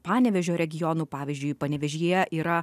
panevėžio regionų pavyzdžiui panevėžyje yra